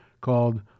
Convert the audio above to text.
called